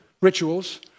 rituals